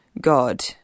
God